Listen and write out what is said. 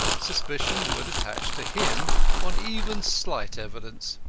suspicion would attach to him on even slight evidence.